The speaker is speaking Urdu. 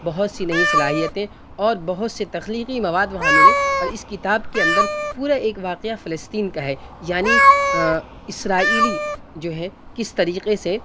بہت سی نئی صلاحیتیں اور بہت سے تخلیقی مواد وہاں ملے اور اس کتاب کے اندر پورا ایک واقعہ فلسطین کا ہے یعنی اسرائیلی جو ہے کس طریقے سے